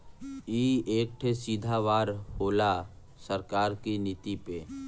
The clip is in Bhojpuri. ई एक ठे सीधा वार होला सरकार की नीति पे